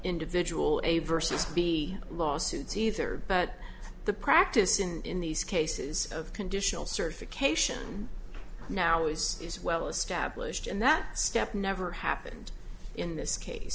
individual a vs be lawsuits either but the practice in these cases of conditional certification nowadays is well established and that step never happened in this case